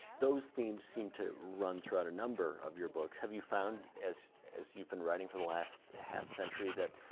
those themes seem to run throughout a number of your books. have you found, as as you've been writing for the last half century, that